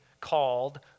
called